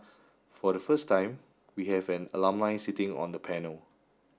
for the first time we have an alumni sitting on the panel